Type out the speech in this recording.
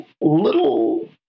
little